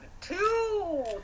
two